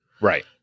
Right